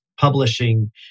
Publishing